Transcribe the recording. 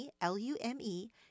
L-U-M-E